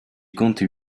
comptent